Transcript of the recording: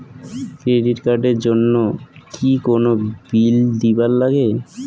Credit card এর জন্যে কি কোনো বিল দিবার লাগে?